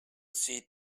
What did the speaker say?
see